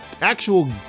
actual